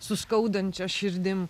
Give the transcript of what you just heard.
su skaudančia širdim